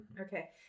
Okay